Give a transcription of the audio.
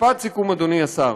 משפט סיכום, אדוני השר.